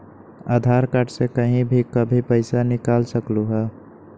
आधार card से कहीं भी कभी पईसा निकाल सकलहु ह?